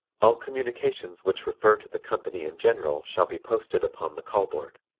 all communications which refer to the company in general shall be posted upon the call-board.